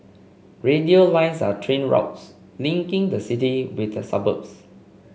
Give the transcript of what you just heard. radial lines are train routes linking the city with the suburbs